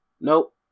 Nope